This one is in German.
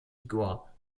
igor